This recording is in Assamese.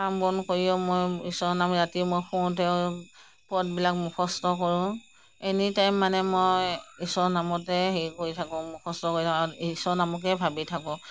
কাম বন কৰিও মই ঈশ্বৰৰ নাম ৰাতিও মই শুওতেওঁ পদবিলাক মুখস্থ কৰোঁ এনিটাইম মানে মই ঈশ্বৰৰ নামতে হেৰি কৰি থাকোঁ মুখস্থ কৰি থাকোঁ ঈশ্বৰৰ নামকেই ভাবি থাকোঁ